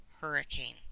hurricane